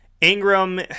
Ingram